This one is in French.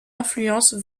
influence